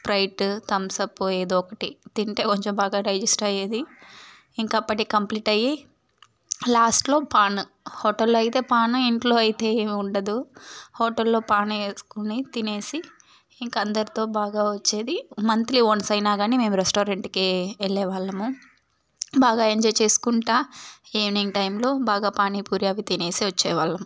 Sprite Thums Up ఏదో ఒకటి తింటే కొంచెం బాగా డైజెస్ట్ అయ్యేది ఇంక అప్పటికి కంప్లీట్ అయ్యి లాస్ట్లో పాను హోటల్లో అయితే పాను ఇంట్లో అయితే ఏం ఉండదు హోటల్లో పాన్ వేసుకొని తినేసి ఇంక అందరితో బాగా వచ్చేది మంత్లీ వన్స్ అయినా కానీ మేము రెస్టారెంట్కి వెళ్లే వాళ్ళము బాగా ఎంజాయ్ చేసుకుంటూ ఈవినింగ్ టైంలో బాగా పానీపూరి అవి తినేసి వచ్చేవాళ్ళం